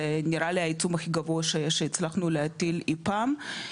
זה נראה לי העיצום הכי גבוה שהצלחנו להטיל אי פעם,